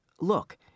Look